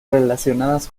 relacionadas